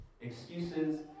excuses